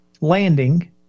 landing